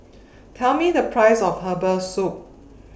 Tell Me The Price of Herbal Soup